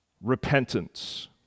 repentance